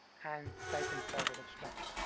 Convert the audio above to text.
and type in positive strand.